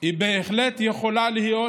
בהחלט יכולה להיות